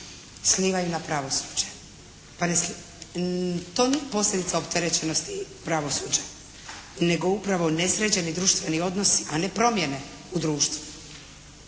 slivaju na pravosuđe. To nije posljedica opterećenosti pravosuđa nego upravo nesređeni društveni odnosi a ne promjene u društvu